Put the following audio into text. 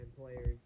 players